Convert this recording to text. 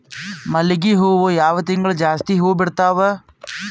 ಮಲ್ಲಿಗಿ ಹೂವು ಯಾವ ತಿಂಗಳು ಜಾಸ್ತಿ ಹೂವು ಬಿಡ್ತಾವು?